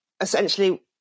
essentially